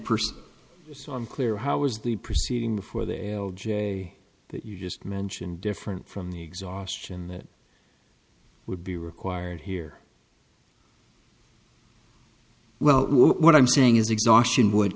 person so unclear how was the proceeding before they o j that you just mentioned different from the exhaustion that would be required here well what i'm saying is exhaustion would